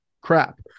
crap